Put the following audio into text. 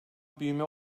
büyüme